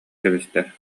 кэбистэ